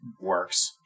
works